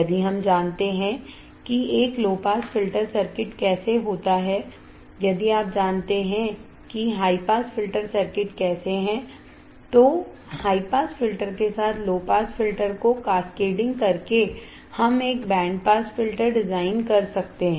यदि हम जानते हैं कि एक लो पास फिल्टर सर्किट कैसे होता है यदि आप जानते हैं कि हाई पास फिल्टर सर्किट कैसे है तो हाई पास फिल्टर के साथ लो पास फिल्टर को कैस्केडिंग करके हम एक बैंड पास फिल्टर डिजाइन कर सकते हैं